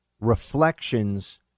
reflections